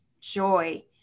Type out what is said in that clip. joy